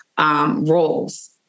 Roles